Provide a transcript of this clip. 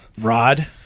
Rod